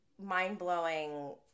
mind-blowing